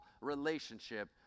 relationship